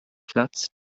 platz